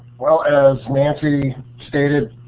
well, as nancy stated,